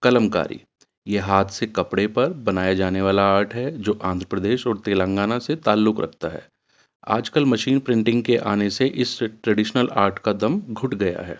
کلم کاری یہ ہاتھ سے کپڑے پر بنایا جانے والا آرٹ ہے جو آندھر پردیش اور تلنگانہ سے تعلق رکھتا ہے آج کل مشین پرنٹنگ کے آنے سے اس ٹریڈیشنل آرٹ کا دم گھٹ گیا ہے